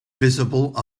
visible